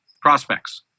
prospects